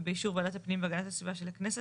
ובאישור ועדת הפנים והגנת הסביבה של הכנסת,